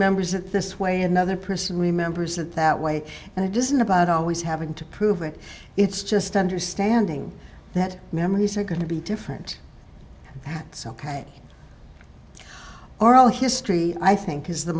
remembers it this way another person remembers it that way and it isn't about always having to prove it it's just understanding that memories are going to be different that's ok all history i think is the